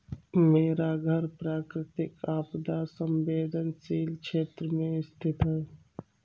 मेरा घर प्राकृतिक आपदा संवेदनशील क्षेत्र में स्थित है